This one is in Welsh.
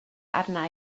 arna